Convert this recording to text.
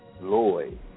Lloyd